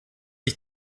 ich